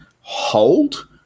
hold